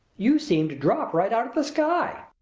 you seemed to drop right out of the sky.